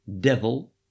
devil